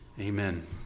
Amen